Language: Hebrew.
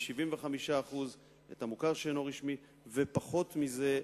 ו-75% את המוכר שאינו רשמי, ופחות מזה,